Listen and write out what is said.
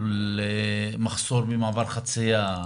על מחסור במעברי חציה,